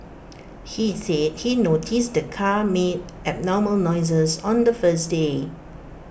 he said he noticed the car made abnormal noises on the first day